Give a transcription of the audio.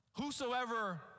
whosoever